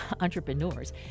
entrepreneurs